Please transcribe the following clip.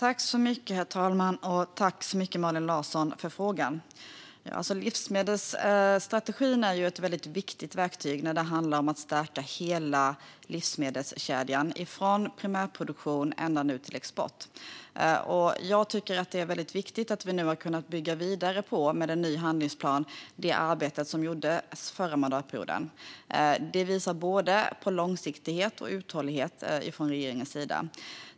Herr talman! Tack så mycket, Malin Larsson, för frågan! Livsmedelsstrategin är ett väldigt viktigt verktyg när det handlar om att stärka hela livsmedelskedjan, från primärproduktion till export. Jag tycker att det är viktigt att vi med den nya handlingsplanen har kunnat bygga vidare på det arbete som gjordes förra mandatperioden. Det visar på både långsiktighet och uthållighet från regeringens sida.